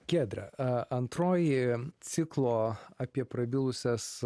giedre antroji ciklo apie prabilusias